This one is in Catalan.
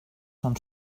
són